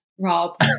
rob